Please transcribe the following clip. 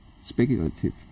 speculative